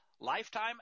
Lifetime